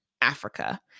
Africa